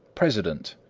president,